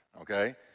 okay